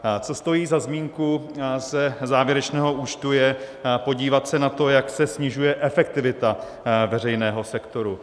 Co stojí za zmínku ze závěrečného účtu, je podívat se na to, jak se snižuje efektivita veřejného sektoru.